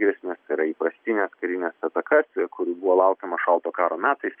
grėsmes tai yra įprastines karines atakas kurių buvo laukiama šalto karo metais